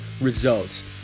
results